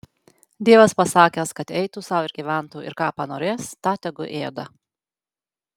dievas pasakęs kad eitų sau ir gyventų ir ką panorės tą tegu ėda